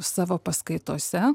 savo paskaitose